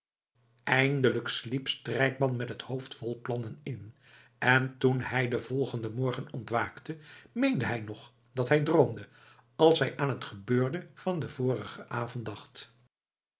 eindelijk sliep strijkman met het hoofd vol plannen in en toen hij den volgenden morgen ontwaakte meende hij nog dat hij droomde als hij aan het gebeurde van den vorigen avond dacht